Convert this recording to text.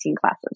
classes